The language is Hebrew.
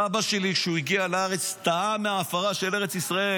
סבא שלי שהגיע לארץ טעם מעפרה של ארץ ישראל,